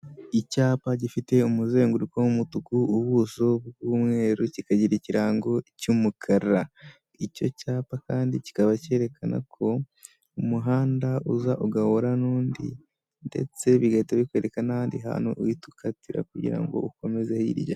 Icyapa gifite umuzenguruko w'umutuku ubuso bw'umweru kikagira ikirango cy'umukarai, icyo cyapa kandi kikaba cyerekana ko umuhanda uza ugahura n'undi ndetse bigahita bikwereka n'ahandi hantu, uhita ukatira kugira ngo ukomeze hirya.